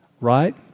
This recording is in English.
Right